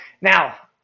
Now